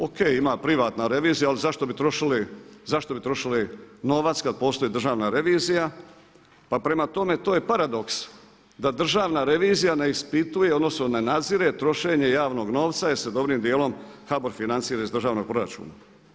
O.k. ima privatna revizija, ali zašto bi trošili novac kad postoji Državna revizija, pa prema tome to je paradoks da Državna revizija ne ispituje, odnosno ne nadzire trošenje javnog novca jer se dobrim dijelom HBOR financira iz državnog proračuna.